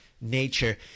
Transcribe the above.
nature